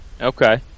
okay